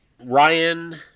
ryan